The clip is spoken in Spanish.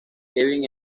kevin